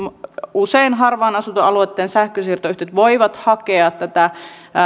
usein harvaan asuttujen alueitten sähkönsiirtoyhtiöt voivat hakea tätä